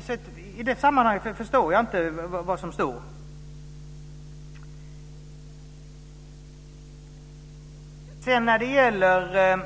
Sett i det sammanhanget förstår jag inte vad som står i reservationen. När det gäller